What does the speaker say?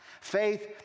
Faith